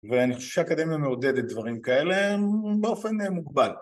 ואני חושב שהאקדמיה מעודדת דברים כאלה באופן מוגבל